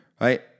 Right